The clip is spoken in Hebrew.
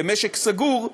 כמשק סגור,